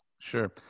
sure